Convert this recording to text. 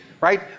right